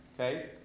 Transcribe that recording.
okay